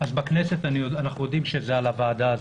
אז בכנסת אנחנו יודעים שזה על הוועדה הזאת.